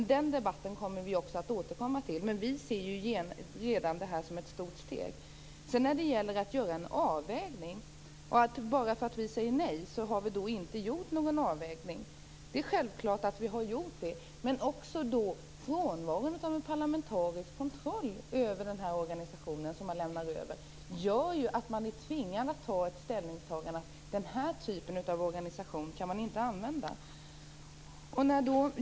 Den debatten kommer vi att återkomma till, men vi ser redan detta som ett stort steg. Sedan gällde det detta att göra en avvägning, och att bara för att vi säger nej skulle vi inte ha gjort någon avvägning. Det är självklart att vi har gjort det. Men även frånvaron av en parlamentarisk kontroll över den här organisationen gör ju att man tvingas att göra det ställningstagandet att man inte kan använda den här typen av organisation.